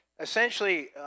essentially